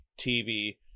TV